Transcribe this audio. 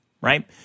right